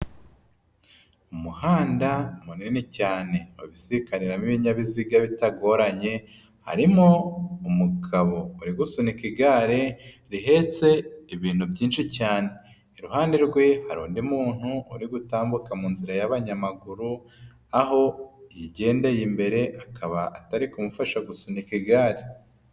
Umuhanda munini cyane ubisikaniramo ibinyabiziga bitagoranye, harimo umugabo uri gusunika igare, rihetse ibintu byinshi cyane. Iruhande rwe hari undi muntu, uri gutambuka mu nzira y'abanyamaguru, aho yigendeye imbere, akaba atari kumufasha gusunika igare.